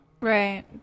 Right